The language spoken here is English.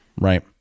right